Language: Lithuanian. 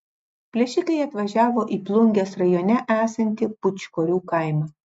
plėšikai atvažiavo į plungės rajone esantį pūčkorių kaimą